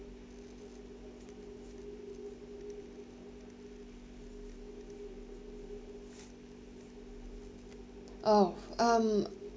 oh um